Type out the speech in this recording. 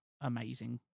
amazing